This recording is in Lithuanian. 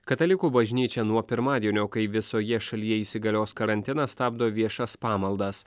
katalikų bažnyčia nuo pirmadienio kai visoje šalyje įsigalios karantinas stabdo viešas pamaldas